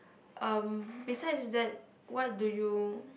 um besides that what do you